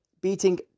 beating